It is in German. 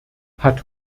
hat